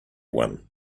one